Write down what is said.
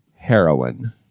heroin